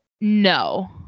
No